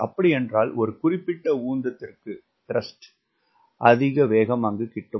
அப்படியென்றால் ஒரு குறிப்பிட்ட உந்தத்திற்கு அதிக வேகம் கிட்டும்